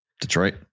Detroit